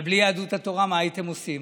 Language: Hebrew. אבל בלי יהדות התורה, מה הייתם עושים?